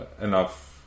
enough